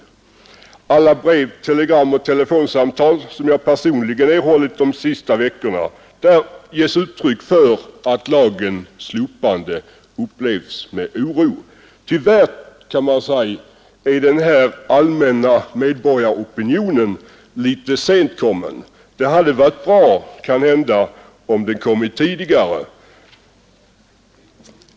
Det framgår av alla brev, telegram och telefonsamtal som jag personligen erhållit de senaste veckorna, där det ges uttryck för att lagens slopande upplevs med oro. Tyvärr kan man säga att denna allmänna medborgaropinion är något senkommen. Det hade varit bra om den kommit tidigare.